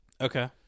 Okay